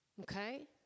Okay